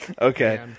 Okay